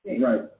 right